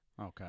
Okay